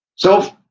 so,